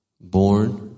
Born